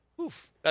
oof